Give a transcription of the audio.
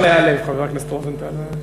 לא צריך להיעלב, חבר הכנסת רוזנטל.